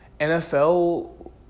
NFL